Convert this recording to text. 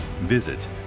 visit